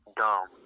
dumb